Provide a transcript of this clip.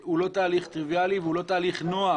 הוא לא תהליך טריביאלי והוא לא תהליך נוח,